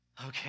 okay